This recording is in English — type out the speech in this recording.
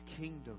kingdom